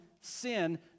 sin